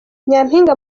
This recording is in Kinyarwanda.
nyampinga